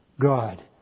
God